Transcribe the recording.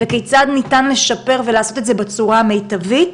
וכיצד ניתן לשפר ולעשות את זה בצורה מיטבית.